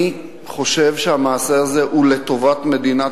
אני חושב שהמעשה הזה הוא לטובת מדינת